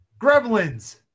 Gremlins